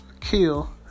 kill